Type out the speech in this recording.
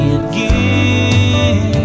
again